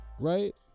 right